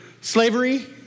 Slavery